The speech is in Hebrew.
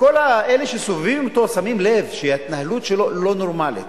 וכל אלה שסובבים אותו שמים לב שההתנהלות שלו לא נורמלית